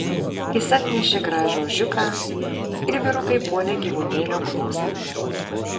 jis atnešė gražų ožiuką ir vyrukai puolė gyvūnėlio glostyti